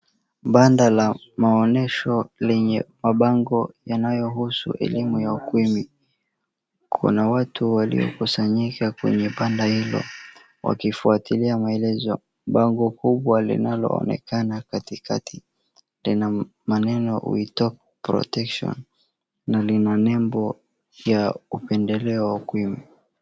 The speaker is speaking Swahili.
Banda la maonyesho lenye mabango yanayohusu elimu ya UKIMWI kuna watu waliokusanyika kwenye banda hilo wakifuatilia maelezo, bango kubwa linaloonekana katikati lina maneno huitwa protection na lina nembo la upendeleo wa kuima.